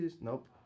Nope